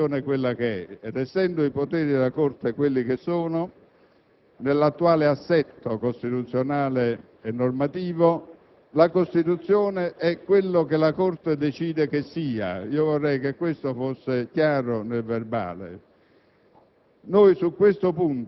Essendo la Costituzione quella che è ed essendo i poteri della Corte quelli che sono, nell'attuale assetto costituzionale e normativo, la Costituzione è quel che la Corte decide che sia. Vorrei che questo risultasse chiaro nei resoconti